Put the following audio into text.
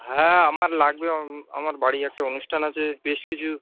হ্যাঁ আমার লাগবে আমার বাড়ি একটা অনুষ্ঠান আছে বেশ কিছু